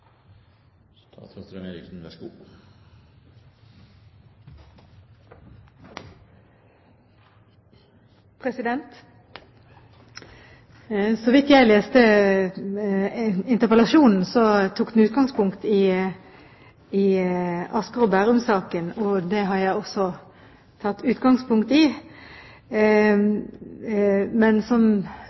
jeg leste interpellasjonen, tok den utgangspunkt i Asker og Bærum-saken, og den har jeg også tatt utgangspunkt i. Men som